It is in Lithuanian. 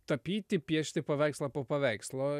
tapyti piešti paveikslą po paveikslo